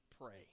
pray